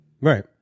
right